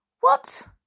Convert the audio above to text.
What